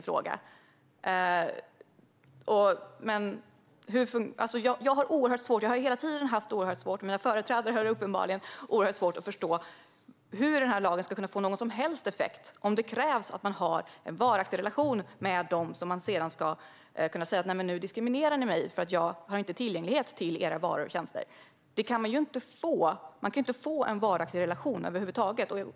Jag och mitt partis andra företrädare har oerhört svårt att förstå hur den här lagen ska kunna få någon som helst effekt om det krävs att man har en varaktig relation för att man sedan ska kunna säga: Nu diskriminerar ni mig, för jag har inte tillgänglighet till era varor och tjänster. I så fall kan man ju inte få en varaktig relation över huvud taget.